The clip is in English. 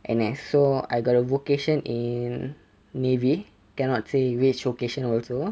N_S so I got a vocation in navy cannot say which vocation also